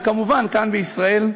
וכמובן כאן בישראל,